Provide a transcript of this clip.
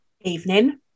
Evening